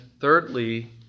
thirdly